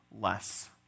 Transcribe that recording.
Less